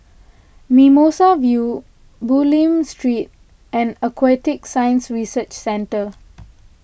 Mimosa View Bulim Street and Aquatic Science Research Centre